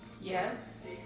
Yes